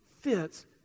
fits